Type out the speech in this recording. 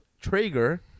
Traeger